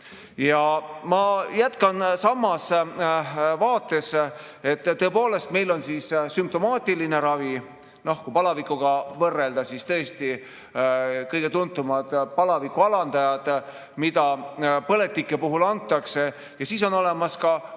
Ja ma jätkan samas vaates. Tõepoolest, meil on sümptomaatiline ravi. Kui palavikuga võrrelda, siis on kõige tuntumad palavikualandajad, mida põletike puhul antakse, ja on olemas ka